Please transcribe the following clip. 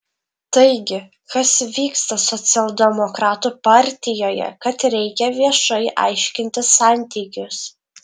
taigi kas vyksta socialdemokratų partijoje kad reikia viešai aiškintis santykius